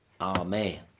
Amen